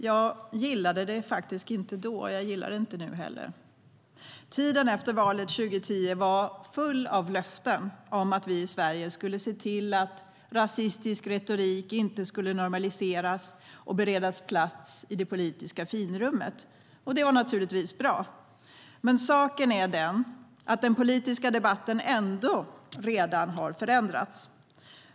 Jag gillade det inte då, och jag gillar det inte heller nu. Tiden efter valet 2010 var full av löften om att vi i Sverige skulle se till att rasistisk retorik inte fick normaliseras och beredas plats i det politiska finrummet, och det var naturligtvis bra. Men saken är den att den politiska debatten redan har förändrats.